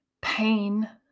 pain